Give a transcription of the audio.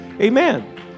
Amen